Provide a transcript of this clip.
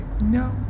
no